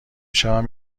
شبم